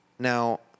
Now